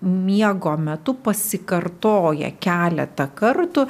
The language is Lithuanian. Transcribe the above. miego metu pasikartoja keletą kartų